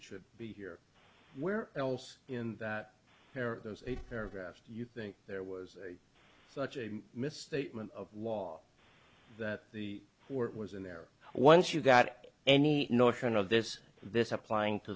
it should be here where else in that there is a paragraph you think there was such a misstatement of law that the word was in there once you got any notion of this this applying to